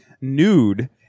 nude